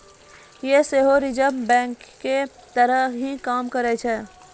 यें सेहो रिजर्व बैंको के तहत ही काम करै छै